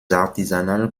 artisanales